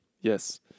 yes